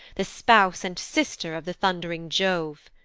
the spouse and sister of the thund'ring jove.